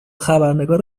خبرنگار